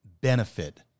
benefit